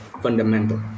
fundamental